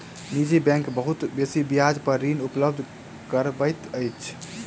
निजी बैंक बहुत बेसी ब्याज पर ऋण उपलब्ध करबैत अछि